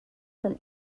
from